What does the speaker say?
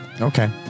Okay